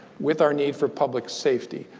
with our need for public safety?